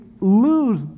lose